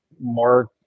more